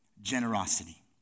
generosity